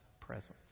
presence